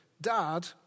Dad